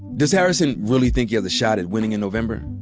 does harrison really think he has a shot at winning in november?